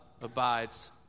abides